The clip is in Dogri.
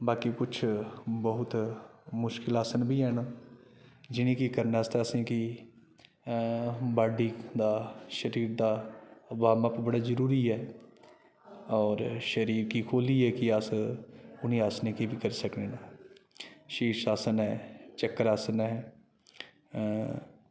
बाकी कुछ बहुत मुश्किल आसन बी हैन जि'नें गी करने आस्तै असें गी बाॅडी दा शरीर दा वार्म अप बड़ा जरूरी ऐ होर शरीर गी खु'ल्लियै कि अस उ'नें आसनें गी बी करी सकने न शीर्ष आसन ऐ चक्र आसन ऐ